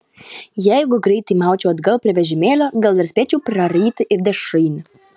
jeigu greitai maučiau atgal prie vežimėlio gal dar spėčiau praryti ir dešrainį